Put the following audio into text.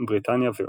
בריטניה ועוד.